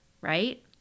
right